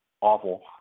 awful